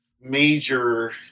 major